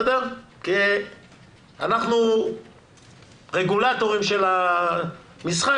אנחנו רגולטורים של המשחק,